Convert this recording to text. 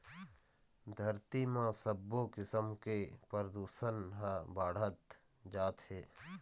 धरती म सबो किसम के परदूसन ह बाढ़त जात हे